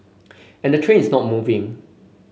and the train is not moving